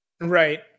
Right